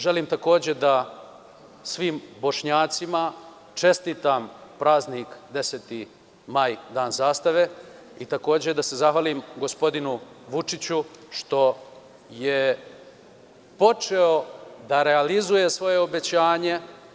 Želim da svim Bošnjacima čestitam praznik 10. maj Dan zastave i da se zahvalim gospodinu Vučiću što je počeo da realizuje svoje obećanje.